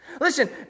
Listen